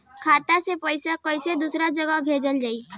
खाता से पैसा कैसे दूसरा जगह कैसे भेजल जा ले?